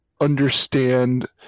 understand